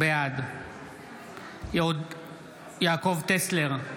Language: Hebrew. בעד יעקב טסלר,